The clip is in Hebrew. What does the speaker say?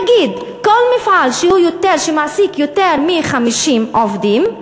ויגיד: כל מפעל שמעסיק יותר מ-50 עובדים,